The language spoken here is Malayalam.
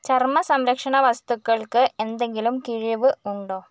ചർമ്മ സംരക്ഷണ വസ്തുക്കൾക്ക് എന്തെങ്കിലും കിഴിവ് ഉണ്ടോ